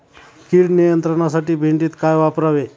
कीड नियंत्रणासाठी भेंडीत काय वापरावे?